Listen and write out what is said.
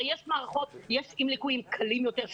הרי יש מערכות לילדים עם ליקויים קלים יותר,